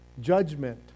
judgment